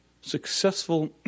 successful